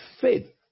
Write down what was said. faith